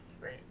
right